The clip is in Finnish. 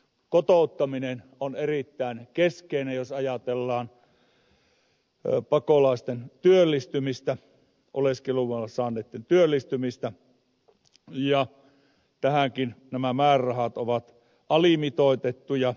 kotouttaminen on erittäin keskeinen jos ajatellaan pakolaisten työllistymistä oleskeluluvan saaneitten työllistymistä ja tähänkin nämä määrärahat ovat alimitoitettuja